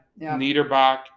Niederbach